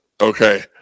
Okay